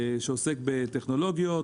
שעוסק בטכנולוגיות,